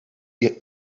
die